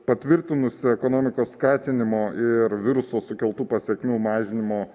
patvirtinusi ekonomikos skatinimo ir viruso sukeltų pasekmių mažinimo